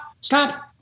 stop